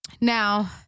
now